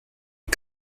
est